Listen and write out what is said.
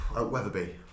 Weatherby